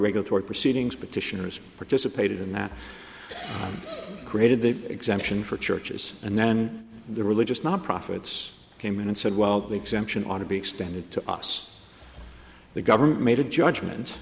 regulatory proceedings petitioners participated in that created the exemption for churches and then the religious non profits came in and said well the exemption ought to be extended to us the government made a judgment